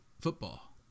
football